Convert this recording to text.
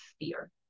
fear